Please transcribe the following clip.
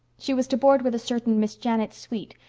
she was to board with a certain miss janet sweet,